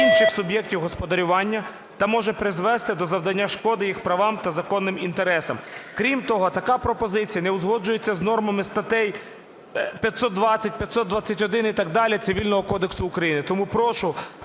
інших суб'єктів господарювання, та може призвести до завдання кошти їх правам та законним інтересам. Крім того, така пропозиція не узгоджується з нормами статей 520, 521 і так далі Цивільного кодексу України.